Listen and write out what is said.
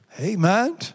Amen